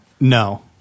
No